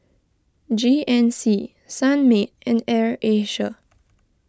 G N C Sunmaid and Air Asia